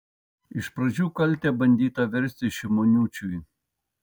iš pradžių kaltę bandyta versti šimoniūčiui